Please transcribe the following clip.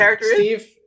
Steve